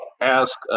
ask